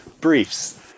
Briefs